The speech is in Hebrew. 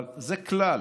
אבל זה כלל,